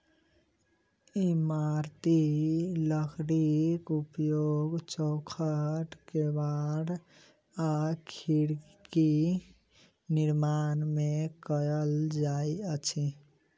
इमारती लकड़ीक उपयोग चौखैट, केबाड़ आ खिड़कीक निर्माण मे कयल जाइत अछि